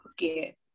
okay